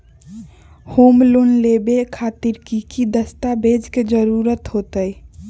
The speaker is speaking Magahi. होम लोन लेबे खातिर की की दस्तावेज के जरूरत होतई?